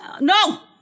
No